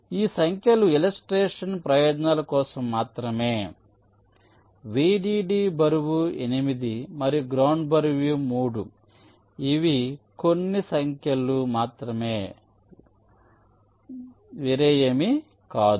ఈ సంఖ్యలు ఇలస్ట్రేషన్ ప్రయోజనాల కోసం మాత్రమే Vdd బరువు 8 మరియు గ్రౌండ్ బరువు 3 ఇవి కొన్ని సంఖ్యలు మాత్రమే వేరే ఏమీ కాదు